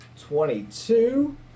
Twenty-two